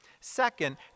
Second